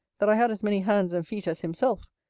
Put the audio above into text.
that i had as many hands and feet as himself.